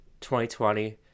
2020